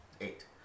eight